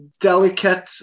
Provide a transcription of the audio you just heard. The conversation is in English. delicate